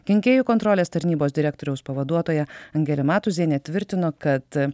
kenkėjų kontrolės tarnybos direktoriaus pavaduotoja angelė matuzienė tvirtino kad